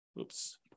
oops